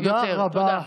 תודה.